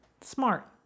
Smart